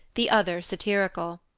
the other satirical.